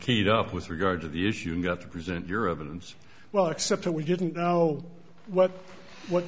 keyed up with regard to the issue got to present your evidence well except that we didn't know what what